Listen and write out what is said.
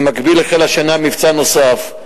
במקביל, החל השנה מבצע נוסף,